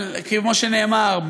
כמו שנאמר,